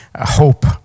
hope